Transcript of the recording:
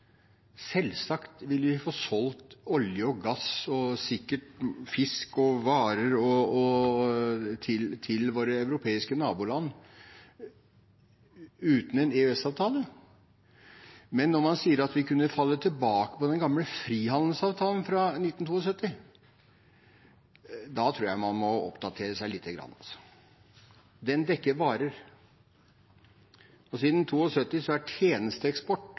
Selvsagt vil vi få solgt olje og gass, og sikkert fisk og varer, til våre europeiske naboland uten en EØS-avtale, men når man sier at vi kan falle tilbake på frihandelsavtalen fra 1972, tror jeg man må oppdatere seg lite grann. Den dekker varer, og siden 1972 er tjenesteeksport